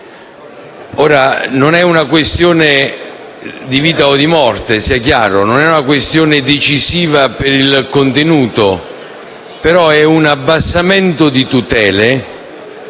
Ora, non è una questione di vita o di morte, sia chiaro, e non è una questione decisiva per il contenuto, però è un abbassamento di tutele